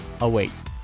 awaits